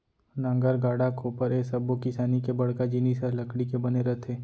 नांगर, गाड़ा, कोपर ए सब्बो किसानी के बड़का जिनिस हर लकड़ी के बने रथे